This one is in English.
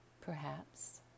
perhaps